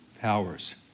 powers